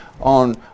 on